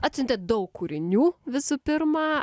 atsiuntėt daug kūrinių visų pirma